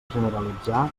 generalitzar